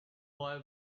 boy